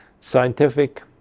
scientific